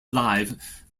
live